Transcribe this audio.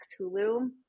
Hulu